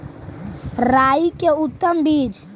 राई के उतम बिज?